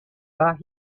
but